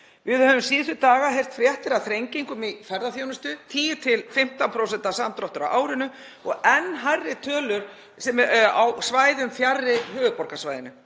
Við höfum síðustu daga heyrt fréttir af þrengingum í ferðaþjónustu, 10–15% samdráttur á árinu og enn hærri tölur á svæðum fjarri höfuðborgarsvæðinu.